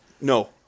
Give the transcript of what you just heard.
No